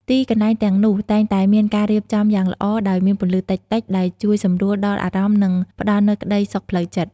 ទីកន្លែងទាំងនោះតែងតែមានការរៀបចំយ៉ាងល្អដោយមានពន្លឺតិចៗ ដែលជួយសម្រួលដល់អារម្មណ៍ និងផ្តល់នូវក្ដីសុខផ្លូវចិត្ត។